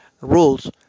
rules